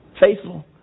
Faithful